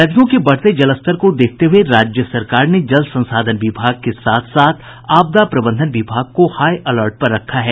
नदियों के बढ़ते जलस्तर को देखते हुय राज्य सरकार ने जल संसाधन विभाग के साथ साथ आपदा प्रबंधन विभाग को हाई अलर्ट पर रखा है